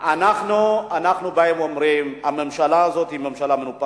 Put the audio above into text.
אנחנו באים ואומרים שהממשלה הזאת היא ממשלה מנופחת,